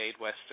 Western